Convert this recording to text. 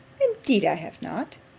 indeed i have not!